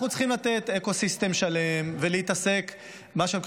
אנחנו צריכים לתת אקוסיסטם שלם ולהתעסק במה שנקרא